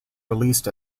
released